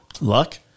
luck